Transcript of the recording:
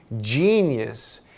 genius